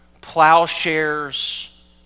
plowshares